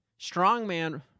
strongman